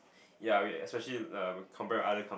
ya wait especially uh we compare with other com~